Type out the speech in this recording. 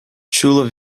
chula